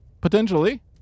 Potentially